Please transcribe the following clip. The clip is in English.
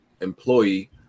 employee